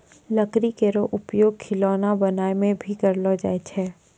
लकड़ी केरो उपयोग खिलौना बनाय म भी करलो जाय छै